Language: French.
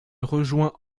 rejoint